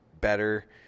better